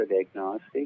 agnostic